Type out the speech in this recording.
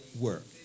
work